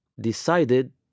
decided